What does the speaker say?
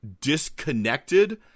disconnected